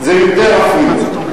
זה יותר אפילו.